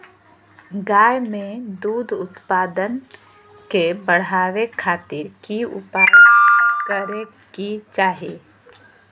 गाय में दूध उत्पादन के बढ़ावे खातिर की उपाय करें कि चाही?